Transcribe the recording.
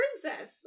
princess